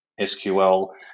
SQL